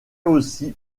aussi